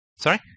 Sorry